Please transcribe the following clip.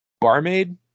Barmaid